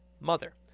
Mother